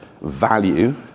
value